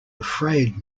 afraid